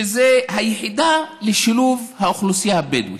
שזה היחידה לשילוב האוכלוסייה הבדואית.